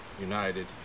united